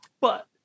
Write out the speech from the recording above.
But-